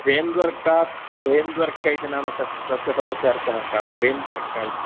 भेन्द्वर्कात् भेन्द्वर्क इति नाम कस्य तस्य पदस्य अर्थः कः भेन्द्वर्कः इति